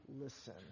listen